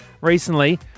recently